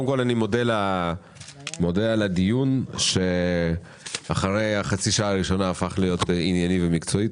אני מודה על הדיון שאחרי חצי השעה הראשונה הפך להיות ענייני ומקצועי.